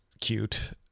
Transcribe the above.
cute